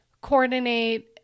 coordinate